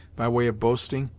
by way of boasting?